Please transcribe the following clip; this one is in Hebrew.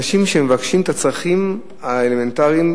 ואלה אנשים שמבקשים את הצרכים האלמנטריים,